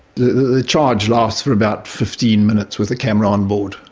the charge lasts for about fifteen minutes with the camera on board.